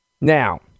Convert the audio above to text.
now